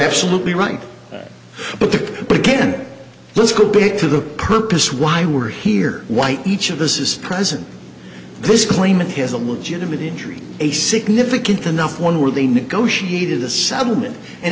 absolutely right but there but again let's go back to the purpose why were here white each of this is present this claim that he has a legitimate injury a significant enough one where they negotiated the settlement and